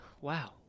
wow